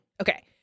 Okay